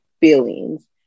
feelings